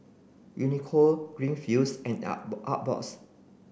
Uniqlo Greenfields and Artbox